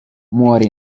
muore